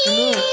இன்னும்